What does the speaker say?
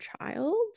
child